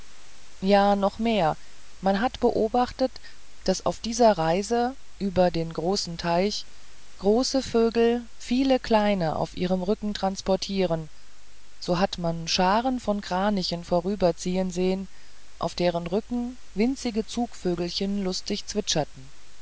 ja noch mehr man hat beobachtet daß auf dieser reise über den großen teich große vögel viele kleine auf ihrem rücken transportieren so hat man scharen von kranichen vorüberziehen sehen auf deren rücken winzige zugvögelchen lustig zwitscherten